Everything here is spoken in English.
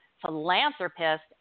philanthropist